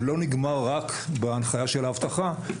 זה לא נגמר רק בהנחיה של האבטחה עצמה,